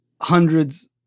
hundreds